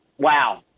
Wow